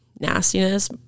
nastiness